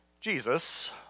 Jesus